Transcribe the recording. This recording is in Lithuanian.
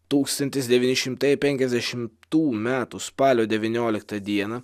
tūkstantis devyni šimtai penkiasdešimtųjų metų spalio devynioliktą dieną